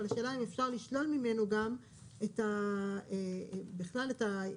אבל השאלה אם אפשר לשלול ממנו גם בכלל את,